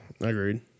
Agreed